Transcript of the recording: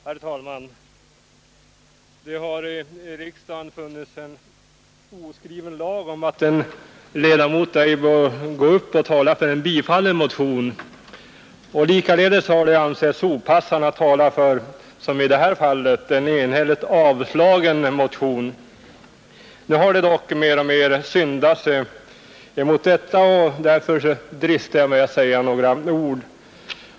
Herr talman! Det har i riksdagen funnits en oskriven lag om att en ledamot ej bör gå upp och tala för en bifallen motion. Likaledes har det ansetts opassande att tala för — som i detta fall — en enhälligt avslagen motion. Nu har det dock mer och mer syndats mot denna praxis. Därför dristar jag mig att säga några ord i förevarande fråga.